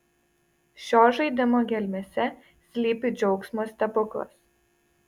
šio žaidimo gelmėse slypi džiaugsmo stebuklas